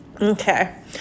Okay